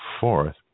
Fourth